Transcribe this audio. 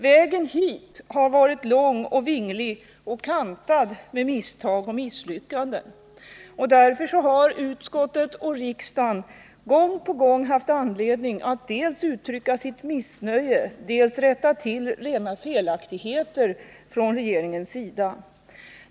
Vägen hit har varit lång och vinglig och kantad med misstag och misslyckanden. Därför har utskottet och riksdagen gång på gång haft anledning att dels uttrycka sitt missnöje, dels rätta till rena felaktigheter från regeringens sida.